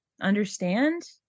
understand